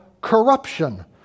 corruption